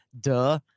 Duh